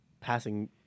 passing